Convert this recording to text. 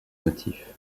motifs